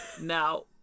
Now